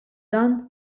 dan